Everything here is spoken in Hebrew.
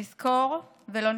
נזכור ולא נשכח.